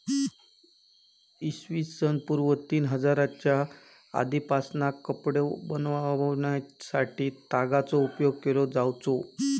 इ.स पूर्व तीन हजारच्या आदीपासना कपडो बनवच्यासाठी तागाचो उपयोग केलो जावचो